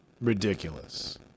ridiculous